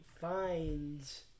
finds